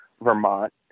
Vermont